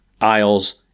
isles